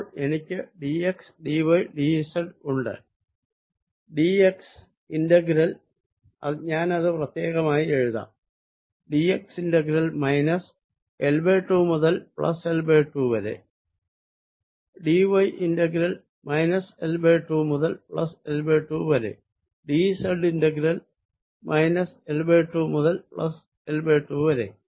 അപ്പോൾ എനിക്ക് d xd y d z ഉണ്ട് d x ഇന്റഗ്രൽ ഞാൻ അത് പ്രത്യേകമായി എഴുതാം d x integral minus L2 മുതൽ പ്ലസ് L2 വരെ d y integral minus L2 മുതൽ പ്ലസ് L2 വരെ d z integral minus L2 മുതൽ പ്ലസ് L2 വരെ